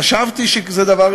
חשבתי שזה דבר רציני.